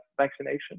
vaccination